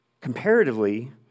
comparatively